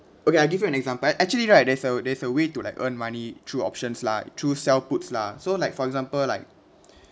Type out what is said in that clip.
okay I give you an example actually right there's a there's a way to like earn money through options like through sell puts lah so like for example like